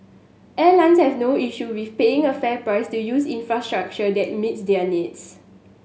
airlines have no issue with paying a fair price to use infrastructure that meets their needs